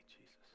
Jesus